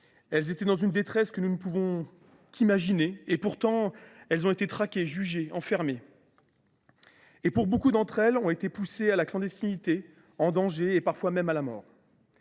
Elles étaient dans une détresse que nous ne pouvons qu’imaginer. Pourtant, elles ont été traquées, jugées, enfermées et, pour beaucoup d’entre elles, poussées à la clandestinité, au danger et parfois même à la mort.